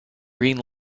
green